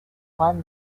won